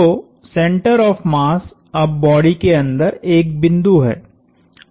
तो centre of mass अब body के अंदर एक बिंदु है